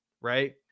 right